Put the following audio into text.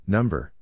Number